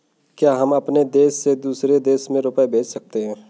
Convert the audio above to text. क्या हम अपने देश से दूसरे देश में रुपये भेज सकते हैं?